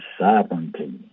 sovereignty